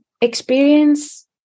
experience